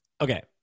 Okay